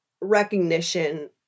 recognition